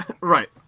Right